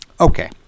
Okay